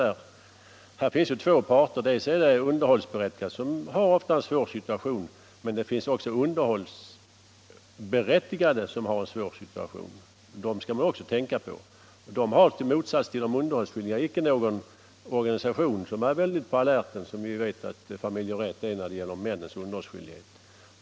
Där finns två parter, dels den underhållsskyldige, som ofta har en svår situation, dels den underhållsberättigade, som också är i en svår situation. Den kategorin skall man också tänka på. Den har till skillnad från de underhållsskyldiga icke någon organisation som är på alerten, som vi vet att männen har när det gäller fädernas underhållsskyldighet.